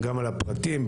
גם לפרטים,